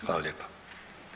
Hvala lijepa.